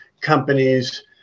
companies